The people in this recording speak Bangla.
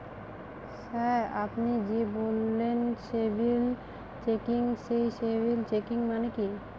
স্যার আপনি যে বললেন সিবিল চেকিং সেই সিবিল চেকিং মানে কি?